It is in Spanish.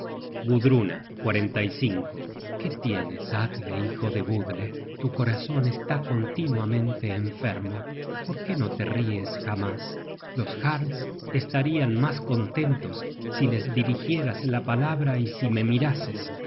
realizar aquellos presagios gudruna qué tienes atle hijo de budle tu corazon está continuamente enfermo por qué no te ries jamás los jarls estarian mas contentos si les dirigieras la palabra y si me mirases